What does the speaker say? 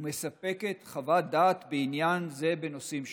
ומספקת חוות דעת בעניין זה בנושאים שונים.